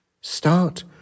start